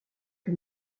que